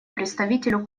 представителю